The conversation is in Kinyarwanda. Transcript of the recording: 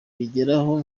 bigeraho